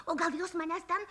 o gal jos manęs ten